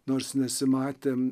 nors nesimatėm